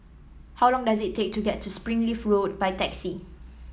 How long does it take to get to Springleaf Road by taxi